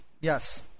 Yes